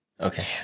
Okay